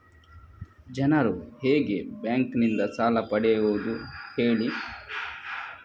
ಜನರು ಹೇಗೆ ಬ್ಯಾಂಕ್ ನಿಂದ ಸಾಲ ಪಡೆಯೋದು ಹೇಳಿ